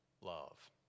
love